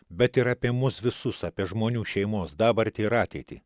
bet ir apie mus visus apie žmonių šeimos dabartį ir ateitį